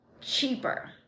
cheaper